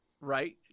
Right